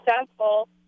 successful